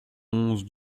onze